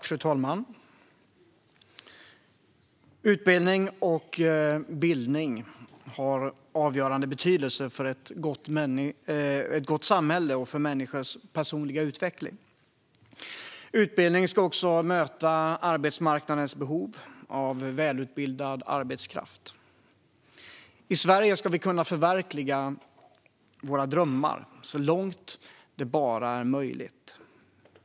Fru talman! Utbildning och bildning har avgörande betydelse för ett gott samhälle och för människors personliga utveckling. Utbildning ska också möta arbetsmarknadens behov av välutbildad arbetskraft. I Sverige ska alla kunna förverkliga sina drömmar så långt det bara är möjligt.